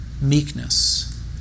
meekness